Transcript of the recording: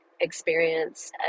experience